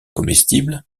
comestibles